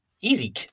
easy